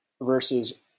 versus